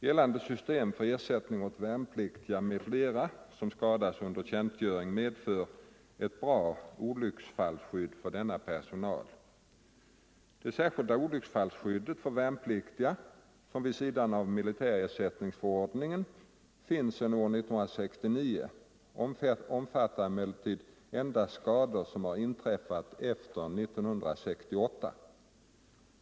Gällande system för ersättning åt värnpliktiga m.fl. som skadas under tjänstgöring medför ett bra olycksfallsskydd för denna personal. Det särskilda olycksfallsskydd för värnpliktiga som vid sidan av militärersättningsförordningen finns sedan år 1969 omfattar emellertid endast skador som har inträffat efter år 1968.